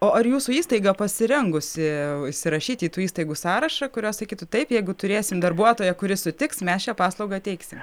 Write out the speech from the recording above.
o ar jūsų įstaiga pasirengusi įsirašyti į tų įstaigų sąrašą kurios sakytų taip jeigu turėsim darbuotoją kuris sutiks mes šią paslaugą teiksime